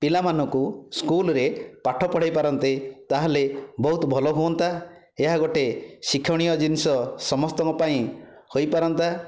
ପିଲାମାନଙ୍କୁ ସ୍କୁଲରେ ପାଠ ପଢ଼ାଇ ପାରନ୍ତେ ତାହାଲେ ବହୁତ ଭଲ ହୁଅନ୍ତା ଏହା ଗୋଟିଏ ଶିକ୍ଷଣୀୟ ଜିନିଷ ସମସ୍ତଙ୍କ ପାଇଁ ହୋଇପାରନ୍ତା